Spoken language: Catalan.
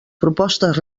propostes